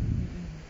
mmhmm